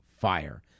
fire